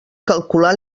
calcular